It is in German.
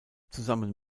zusammen